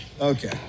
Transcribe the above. Okay